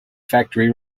factory